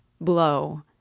blow